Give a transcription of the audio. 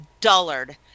dullard